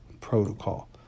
protocol